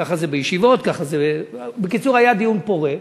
ככה זה בישיבות, ככה זה, בקיצור, היה דיון פורה.